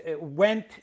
went